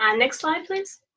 and next slide, please.